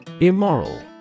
Immoral